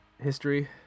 history